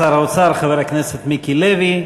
תודה לסגן שר האוצר, חבר הכנסת מיקי לוי.